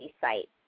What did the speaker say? site